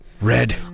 Red